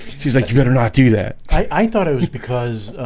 she's like you better not do that. i thought it was because